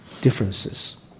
differences